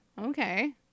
okay